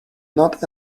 not